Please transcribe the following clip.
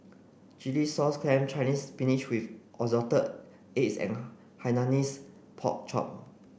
Chilli Sauce Clams Chinese spinach with assorted eggs and Hainanese pork chop